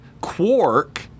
Quark